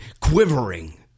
quivering